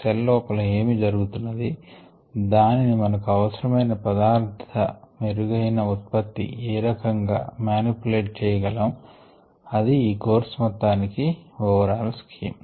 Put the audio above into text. cell లోపల ఏమి జరుగుతున్నది దానిని మనకు అవసరమయిన పదార్ధ మెరుగైన ఉత్పత్తికి ఏ రకం గా మానిప్యులేట్ చేయగలం అది ఈ కోర్స్ మొత్తానికి ఓవర్ ఆల్ స్కీమ్